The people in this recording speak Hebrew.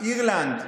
אירלנד,